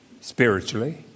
Spiritually